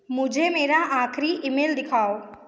मुझे मेरा आखिरी ईमेल दिखाओ